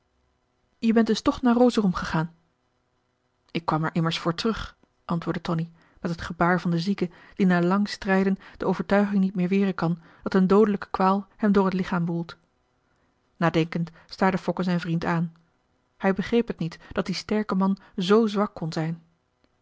je bent dus toch naar rosorum gegaan ik kwam er immers voor terug antwoordde tonie met het gebaar van den zieke die na lang strijden de overtuiging niet meer weren kan dat een doodelijke kwaal hem door het lichaam woelt marcellus emants een drietal novellen nadenkend staarde fokke zijn vriend aan hij begreep het niet dat die sterke man z zwak kon zijn